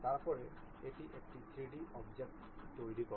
তারপরে এটি একটি 3D অবজেক্ট তৈরি করে